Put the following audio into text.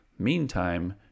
Meantime